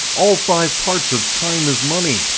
all five parts of time is money,